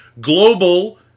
global